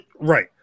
right